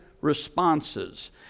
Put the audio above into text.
responses